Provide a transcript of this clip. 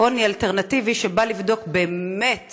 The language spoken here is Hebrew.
עוני אלטרנטיבי שבא לבדוק באמת